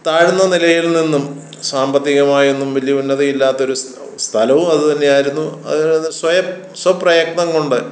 താഴ്ന്ന നിലയിൽ നിന്നും സാമ്പത്തികമായൊന്നും വലിയ ഉന്നതിയില്ലാത്ത ഒരു സ്ഥലവും അത് തന്നെ ആയിരുന്നു അതുകൊണ്ട് സ്വയം സ്വപ്രയത്നം കൊണ്ട്